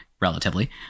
relatively